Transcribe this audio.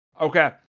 Okay